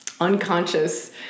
unconscious